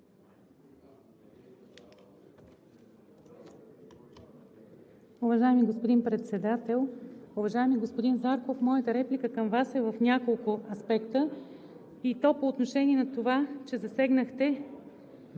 Уважаеми господин Председател! Уважаеми господин Зарков, моята реплика към Вас е в няколко аспекта, и то по отношение на това, че засегнахте